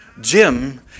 Jim